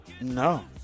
No